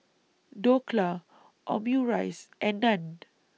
Dhokla Omurice and Naan